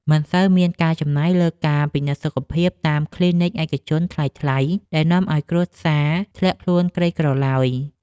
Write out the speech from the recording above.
មិនសូវមានការចំណាយលើការពិនិត្យសុខភាពតាមគ្លីនិកឯកជនថ្លៃៗដែលនាំឱ្យគ្រួសារធ្លាក់ខ្លួនក្រីក្រឡើយ។